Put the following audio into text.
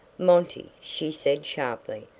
monty, she said, sharply,